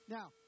Now